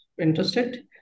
interested